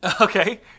Okay